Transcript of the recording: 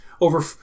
over